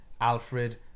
Alfred